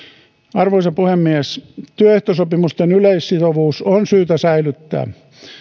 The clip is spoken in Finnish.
arvoisa puhemies työehtosopimusten yleissitovuus on syytä säilyttää